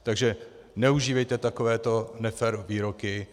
Takže neužívejte takovéto nefér výroky.